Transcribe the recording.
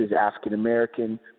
African-American